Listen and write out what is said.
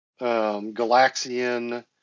Galaxian